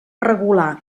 regular